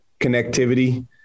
connectivity